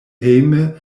hejme